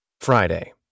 Friday